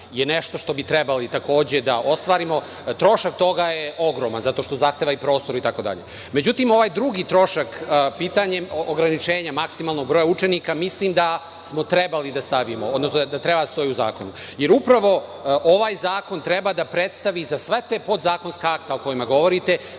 je nešto što bi trebali takođe da ostvarimo. Trošak toga je ogroman zato što zahteva i prostor itd.Međutim, ovaj drugi trošak pitanjem ograničenja maksimalnog broja učenika, mislim da smo trebali da stavimo, odnosno da treba da stoji u zakonu, jer upravo ovaj zakon treba da predstavlja i za sva ta podzakonska akta o kojima govorite